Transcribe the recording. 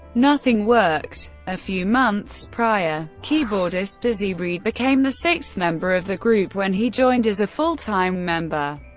nothing worked. a few months prior, keyboardist dizzy reed became the sixth member of the group when he joined as a full-time member.